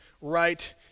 right